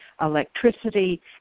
electricity